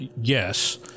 Yes